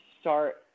start